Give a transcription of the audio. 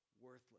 worthless